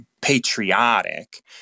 patriotic